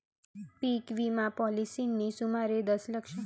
पीक विमा पॉलिसींनी सुमारे दशलक्ष एकर क्षेत्र कव्हर केले